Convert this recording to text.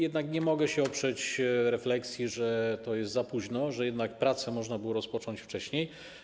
Jednak nie mogę się oprzeć refleksji, że to jest za późno, że jednak prace można było rozpocząć wcześniej.